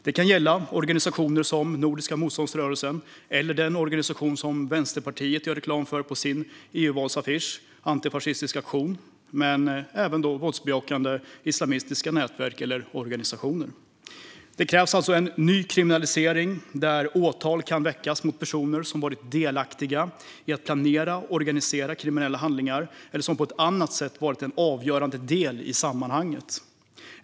Det kan gälla organisationer som Nordiska motståndsrörelsen eller den organisation som Vänsterpartiet gör reklam för på sin EU-valaffisch, Antifascistisk aktion, men även våldsbejakande islamistiska nätverk eller organisationer. Det krävs alltså en ny kriminalisering där åtal kan väckas mot personer som varit delaktiga i att planera och organisera kriminella handlingar eller som på ett annat sätt har varit en avgörande del i sammanhanget.